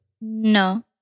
No